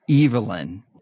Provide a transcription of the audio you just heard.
Evelyn